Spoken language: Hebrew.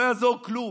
לא יעזור כלום.